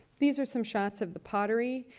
these are some shots of the pottery.